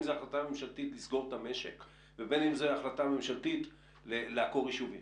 לגבי נווה ים, לפי דעתי בנינו יישובים,